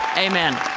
amen.